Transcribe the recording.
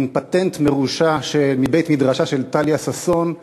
מין פטנט מרושע מבית-מדרשה של טליה ששון,